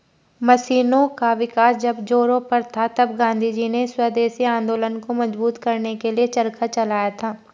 मशीनों का विकास जब जोरों पर था तब गाँधीजी ने स्वदेशी आंदोलन को मजबूत करने के लिए चरखा चलाया था